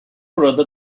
burada